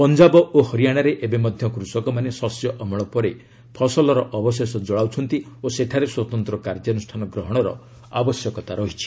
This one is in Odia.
ପଞ୍ଜାବ ଓ ହରିଆଣାରେ ଏବେ ମଧ୍ୟ କୃଷକମାନେ ଶସ୍ୟ ଅମଳ ପରେ ଫସଲ ଅବଶେଷ ଜଳାଉଛନ୍ତି ଓ ସେଠାରେ ସ୍ୱତନ୍ତ୍ର କାର୍ଯ୍ୟାନୁଷ୍ଠାନ ଗ୍ରହଣର ଆବଶ୍ୟକତା ରହିଛି